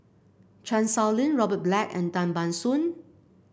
Chan Sow Lin Robert Black and Tan Ban Soon